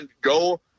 go